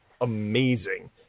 amazing